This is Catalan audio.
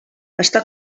està